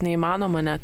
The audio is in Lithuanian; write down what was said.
neįmanoma net